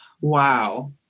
wow